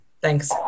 thanks